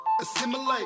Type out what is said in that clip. Assimilate